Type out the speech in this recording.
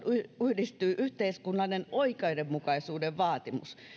yhdistyy yhteiskunnallisen oikeudenmukaisuuden vaatimus